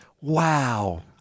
wow